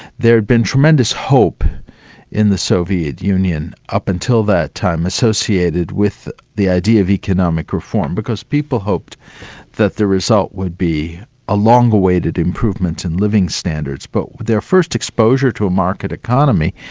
there had been tremendous hope in the soviet union up until that time, associated with the idea of economic reform, because people hoped that the result would be a long-awaited improvement in living standards, but with their first exposure to a market economy,